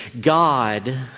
God